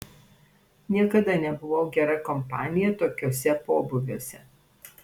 niekada nebuvau gera kompanija tokiuose pobūviuose